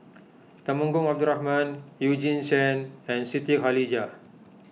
Temenggong Abdul Rahman Eugene Chen and Siti Khalijah